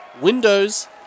Windows